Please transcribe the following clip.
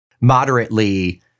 moderately